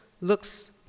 looks